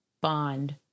bond